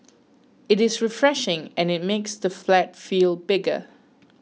it is refreshing and it makes the flat feel bigger